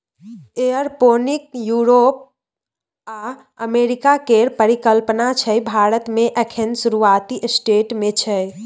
aeroponic Europe आ America केर परिकल्पना छै भारत मे एखन शुरूआती स्टेज मे छै